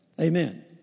Amen